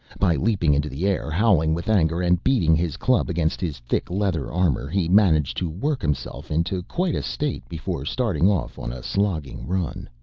by leaping into the air, howling with anger and beating his club against his thick leather armor he managed to work himself into quite a state before starting off on a slogging run.